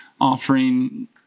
offering